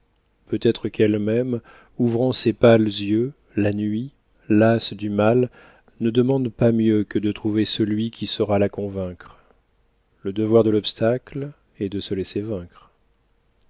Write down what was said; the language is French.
peut-être qu'elle-même ouvrant ses pâles yeux la nuit lasse du mal ne demande pas mieux que de trouver celui qui saura la convaincre le devoir de l'obstacle est de se laisser vaincre